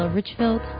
Richfield